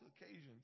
occasions